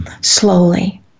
slowly